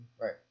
Right